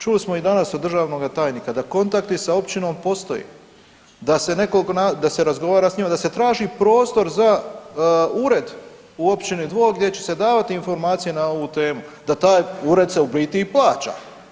Čuli smo i danas od državnoga tajnika da kontakti sa općinom postoji, da se razgovara sa njima, da se traži prostor za ured u općini Dvor gdje će se davati informacije na ovu temu, da taj ured se u biti i plaća.